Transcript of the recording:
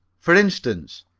for instance,